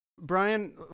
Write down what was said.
Brian